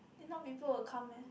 if not people will come meh